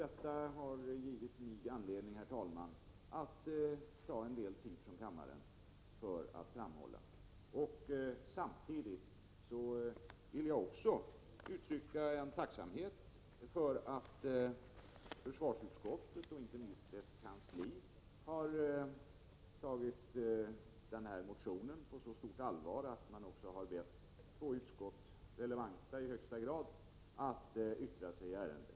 Detta, herr talman, har gett mig anledning att ta en del tid av kammaren för att framhålla dessa synpunkter. Samtidigt vill jag också uttrycka en tacksamhet för att försvarsutskottet och inte minst dess kansli har tagit motionen på så stort allvar att man också bett två i högsta grad relevanta utskott att yttra sig i ärendet.